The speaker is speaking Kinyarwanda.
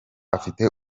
afite